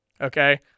Okay